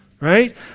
Right